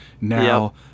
Now –